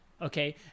Okay